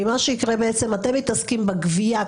מה שיקרה בעצם אתם מתעסקים בגבייה,